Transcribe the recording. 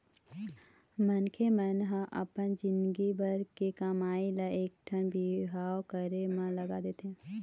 मनखे मन ह अपन जिनगी भर के कमई ल एकठन बिहाव करे म लगा देथे